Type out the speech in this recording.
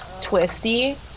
Twisty